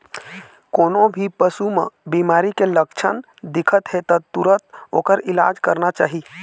कोनो भी पशु म बिमारी के लक्छन दिखत हे त तुरत ओखर इलाज करना चाही